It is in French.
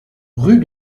rue